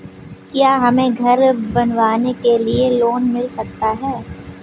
क्या हमें घर बनवाने के लिए लोन मिल सकता है?